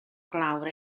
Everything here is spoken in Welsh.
glawr